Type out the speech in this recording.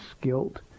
guilt